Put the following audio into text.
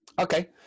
Okay